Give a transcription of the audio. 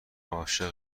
عاشق